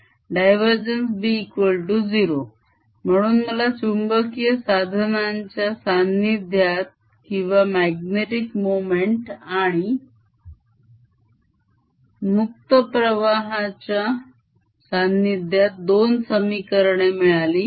B0 म्हणून मला चुंबकीय साधनांच्या सान्निध्यात किंवा magnetic मोमेंट आणि मुक्त विद्युतप्रवाहाच्या सान्निध्यात दोन समीकरणे मिळाली